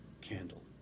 candle